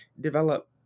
develop